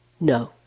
no